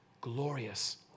glorious